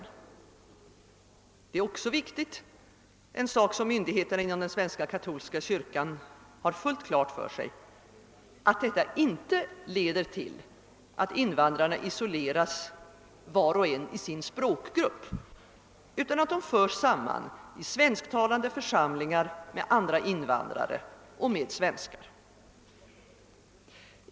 Viktigt är också — och det har myndigheterna inom den svenska katolska kyrkan klart för sig — att detta leder till att invandrarna inte isoleras var och en i sin språkgrupp utan förs samman i svensktalande församlingar med andra invandrare och med svenskar.